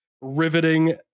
riveting